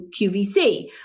QVC